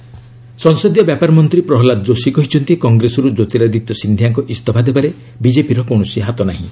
ପ୍ରହଲ୍ଲାଦ ଯୋଶୀ ସଂସଦୀୟ ବ୍ୟାପାର ମନ୍ତ୍ରୀ ପ୍ରହଲ୍ଲାଦ ଯୋଶୀ କହିଛନ୍ତି କଂଗ୍ରେସର୍ ଜ୍ୟୋତିରାଦିତ୍ୟ ସିନ୍ଧିଆଙ୍କ ଇସଫା ଦେବାରେ ବିଜେପିର କୌଣସି ହାତ ନାହିଁ